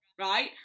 right